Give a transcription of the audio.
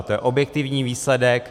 To je objektivní výsledek.